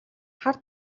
хар